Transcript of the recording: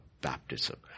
baptism